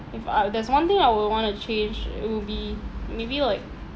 if uh there's one thing I would want to change it would be maybe like